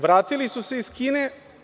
Vratili su se iz Kine.